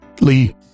Lee